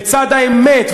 לצד האמת,